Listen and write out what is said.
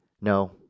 No